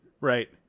Right